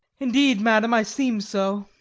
indeed, madam, i seem so.